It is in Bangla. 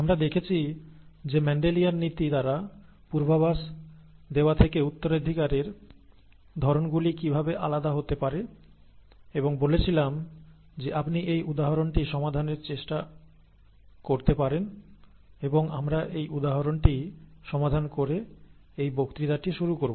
আমরা দেখেছি যে মেন্ডেলিয়ান নীতি দ্বারা পূর্বাভাস দেওয়া থেকে উত্তরাধিকারের ধরণগুলি কীভাবে আলাদা হতে পারে এবং বলেছিলাম যে আপনি এই উদাহরণটি সমাধানের চেষ্টা করতে পারেন এবং আমরা এই উদাহরণটি সমাধান করে এই বক্তৃতাটি শুরু করব